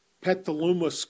Petaluma